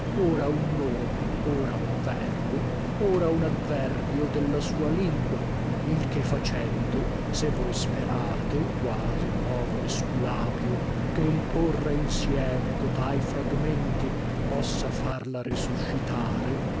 ora un nome ora un verbo ora un adverbio della sua lingua il che facendo se voi sperate quasi nuovo esculapio che il porre insieme cotai fragmenti possa farla risuscitare